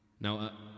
Now